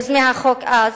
יוזמי החוק אז,